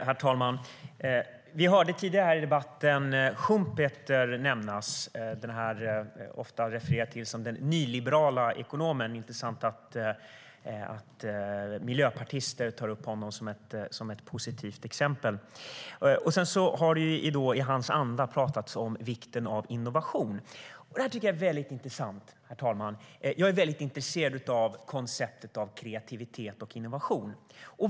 Herr talman! Vi hörde Schumpeter nämnas tidigare i debatten. Han är ofta refererad till som den nyliberale ekonomen. Det är intressant att miljöpartister tar upp honom som ett positivt exempel. I hans anda har det sedan talats om vikten av innovation, vilket är mycket intressant. Jag är väldigt intresserad av konceptet kreativitet och innovation.